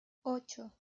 ocho